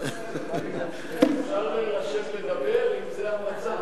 אפשר להירשם לדבר, אם זה המצב?